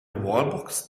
wallbox